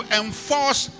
enforce